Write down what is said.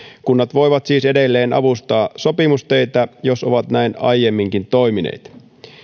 kunnat voivat siis edelleen avustaa sopimusteitä jos ovat näin aiemminkin toimineet